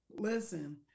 Listen